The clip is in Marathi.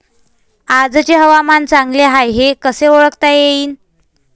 आजचे हवामान चांगले हाये हे कसे ओळखता येईन?